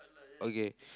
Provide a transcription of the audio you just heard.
okay